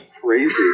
crazy